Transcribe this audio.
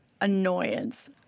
annoyance